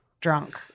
drunk